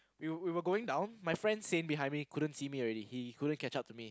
we were we were going down my friend Sein behind me couldn't see me already he couldn't catch up to me